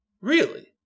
Really